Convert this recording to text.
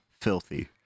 Filthy